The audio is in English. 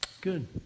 Good